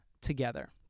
together